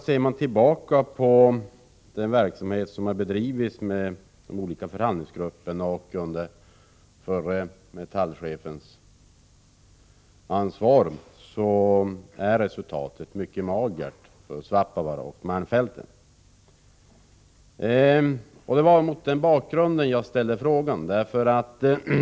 Ser vi tillbaka på den verksamhet som har bedrivits i de olika förhandlingsgrupperna och under förre Metallordförandens ansvar finner vi att resultatet för Svappavaara och malmfälten är mycket magert. Det var mot denna bakgrund som jag ställde frågan.